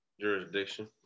Jurisdiction